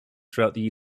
throughout